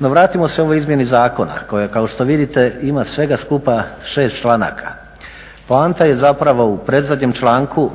No, vratimo se ovoj izmjeni zakona koja kao što vidite ima svega skupa 6 članaka. Poanta je zapravo u predzadnjem članku